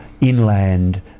inland